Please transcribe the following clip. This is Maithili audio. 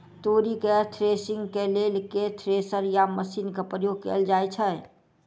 तोरी केँ थ्रेसरिंग केँ लेल केँ थ्रेसर या मशीन केँ प्रयोग कैल जाएँ छैय?